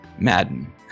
Madden